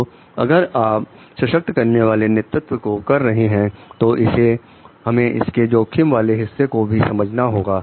तो अगर आप सशक्त करने वाले नेतृत्व को कर रहे हैं तो हमें इसके जोखिम वाले हिस्से को भी समझना होगा